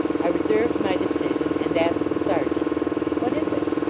i reserved my decision, and asked a sergeant what is it?